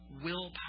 willpower